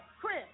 Chris